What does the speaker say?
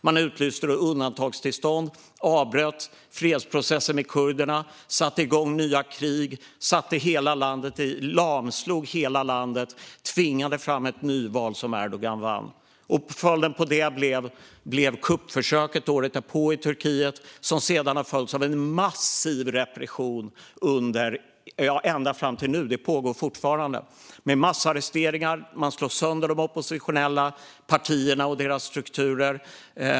Man utlyste då undantagstillstånd och avbröt fredsprocessen med kurderna. Man satte igång nya krig, lamslog hela landet och tvingade fram ett nyval som Erdogan vann. Följden av det blev kuppförsöket året därpå i Turkiet. Det har sedan följts av massiv repression ända fram till nu, och det pågår fortfarande. Det sker massarresteringar. Man slår sönder de oppositionella partierna och deras strukturer.